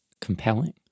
compelling